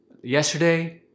yesterday